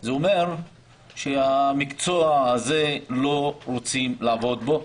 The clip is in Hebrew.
זה אומר שבמקצוע הזה לא רוצים לעבוד.